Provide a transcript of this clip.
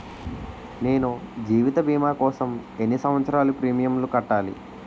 నేను జీవిత భీమా కోసం ఎన్ని సంవత్సారాలు ప్రీమియంలు కట్టాలి?